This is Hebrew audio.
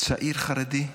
צעיר חרדי?